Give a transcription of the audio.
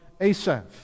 Asaph